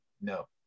No